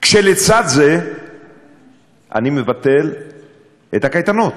כשלצד זה אני מבטל את הקייטנות,